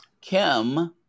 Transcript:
Kim